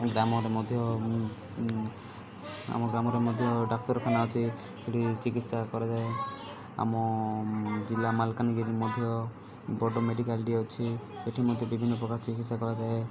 ଗ୍ରାମରେ ମଧ୍ୟ ଆମ ଗ୍ରାମରେ ମଧ୍ୟ ଡାକ୍ତରଖାନା ଅଛି ସେଠି ଚିକିତ୍ସା କରାଯାଏ ଆମ ଜିଲ୍ଲା ମାଲକାନଗିରି ମଧ୍ୟ ବଡ଼ ମେଡ଼ିକାଲଟିଏ ଅଛି ସେଠି ମଧ୍ୟ ବିଭିନ୍ନ ପ୍ରକାର ଚିକିତ୍ସା କରାଯାଏ